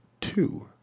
two